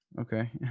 okay